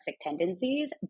tendencies